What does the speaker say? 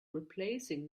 replacing